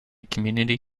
community